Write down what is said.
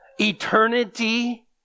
Eternity